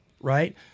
Right